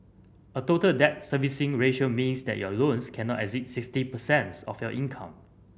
a Total Debt Servicing Ratio means that your loans cannot exceed sixty percent's of your income